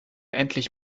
endlich